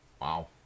Wow